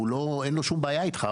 אין לו שום בעיה איתך.